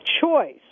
choice